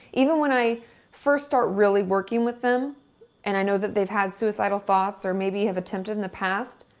even when i first start really working with them and i know that they ve had suicidal thoughts or maybe have attempted in the past,